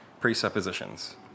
presuppositions